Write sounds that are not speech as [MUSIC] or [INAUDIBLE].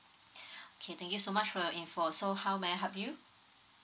[BREATH] okay thank you so much for your info so how may I help you